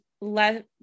let